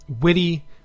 witty